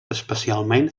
especialment